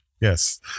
Yes